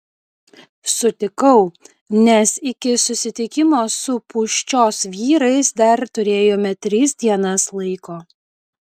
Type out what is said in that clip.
sutikau nes iki susitikimo su pūščios vyrais dar turėjome tris dienas laiko